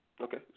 Okay